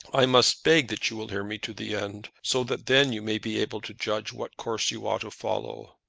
i must beg that you will hear me to the end, so that then you may be able to judge what course you ought to follow.